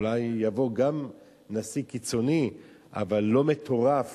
אולי יבוא גם נשיא קיצוני אבל לא מטורף